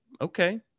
okay